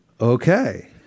Okay